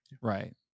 Right